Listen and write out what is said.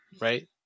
right